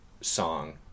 song